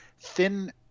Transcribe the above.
Thin